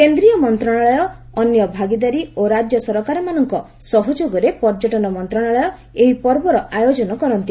କେନ୍ଦ୍ରୀୟ ମନ୍ତ୍ରଣାଳୟ ଅନ୍ୟ ଭାଗିଦାରୀ ଓ ରାଜ୍ୟ ସରକାରମାନଙ୍କ ସହଯୋଗରେ ପର୍ଯ୍ୟଟନ ମନ୍ତ୍ରଶାଳୟ ଏହି ପର୍ବର ଆୟୋଜନ କରନ୍ତି